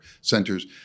centers